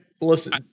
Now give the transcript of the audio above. listen